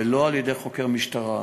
ולא על-ידי חוקר משטרה.